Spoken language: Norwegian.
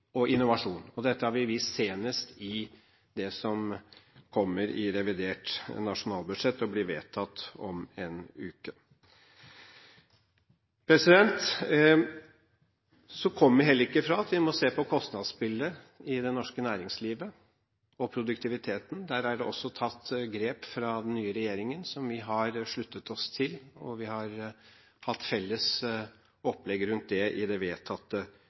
innovasjon. Dette har vi vist senest i det som kommer i revidert nasjonalbudsjett, og som blir vedtatt om en uke. Vi kommer heller ikke fra at vi må se på kostnadsbildet i det norske næringslivet og se på produktiviteten. Der har den nye regjeringen tatt grep som vi har sluttet oss til, og vi har hatt felles opplegg rundt det i det vedtatte